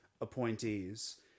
appointees